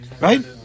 right